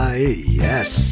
yes